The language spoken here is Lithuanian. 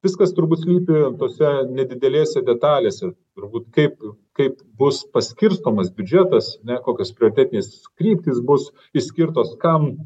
viskas turbūt slypi tose nedidelėse detalėse turbūt kaip kaip bus paskirstomas biudžetas ne kokios prioritetinės kryptys bus išskirtos kam